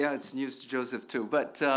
yeah it's news to joseph too but,